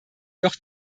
doch